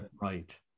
right